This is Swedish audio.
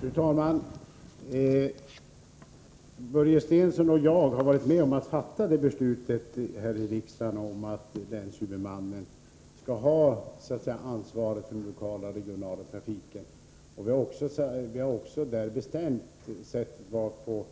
Fru talman! Börje Stensson och jag har varit med om att här i riksdagen fatta beslutet att länshuvudmannen skall ha ansvaret för den lokala och regionala trafiken. Vi har också bestämt det sätt på vilket